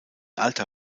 alter